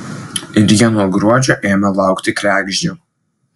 ir jie nuo gruodžio ėmė laukti kregždžių